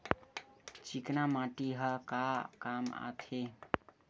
चिकना माटी ह का काम आथे?